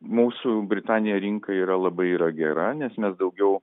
mūsų britanija rinka yra labai yra gera nes mes daugiau